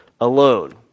alone